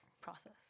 process